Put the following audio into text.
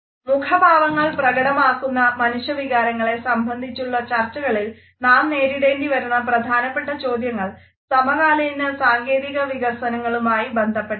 മുഖഭാവങ്ങളിൽ പ്രകടമാകുന്ന മനുഷ്യവികാരങ്ങളെ സംബന്ധിച്ചുള്ള ചർച്ചകളിൽ നാം നേരിടേണ്ടി വരുന്ന പ്രധാനപ്പെട്ട ചോദ്യങ്ങൾ സമകാലീന സാങ്കേതിക വികാസങ്ങളുമായി ബന്ധപ്പെട്ടവയാണ്